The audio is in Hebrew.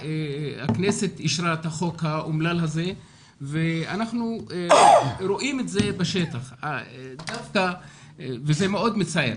הכנסת אישרה את החוק האומלל הזה ואנחנו רואים את זה בשטח וזה מאוד מצער.